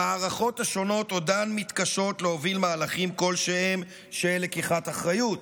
המערכות השונות עודן מתקשות להוביל מהלכים כלשהם של לקיחת אחריות.